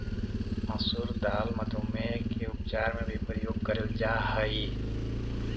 मसूर दाल मधुमेह के उपचार में भी प्रयोग करेल जा हई